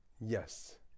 Yes